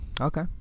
Okay